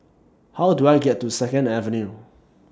How Do I get to Second Avenue